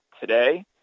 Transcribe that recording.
today